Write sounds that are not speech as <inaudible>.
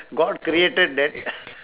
god created that <noise>